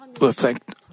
reflect